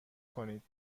کنید